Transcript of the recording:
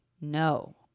no